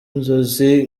inzozi